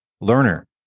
learner